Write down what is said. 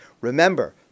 Remember